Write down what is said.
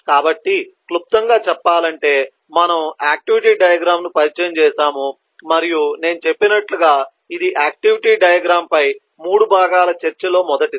కాబట్టి క్లుప్తంగా చెప్పాలంటే మనము ఆక్టివిటీ డయాగ్రమ్ ను పరిచయం చేసాము మరియు నేను చెప్పినట్లుగా ఇది ఆక్టివిటీ డయాగ్రమ్ పై 3 భాగాల చర్చలో మొదటిది